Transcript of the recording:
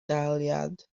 daliad